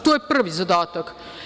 To je prvi zadatak.